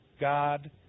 God